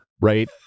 right